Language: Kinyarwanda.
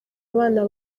abana